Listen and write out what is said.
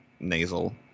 Nasal